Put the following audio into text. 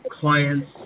clients